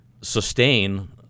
sustain